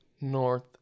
north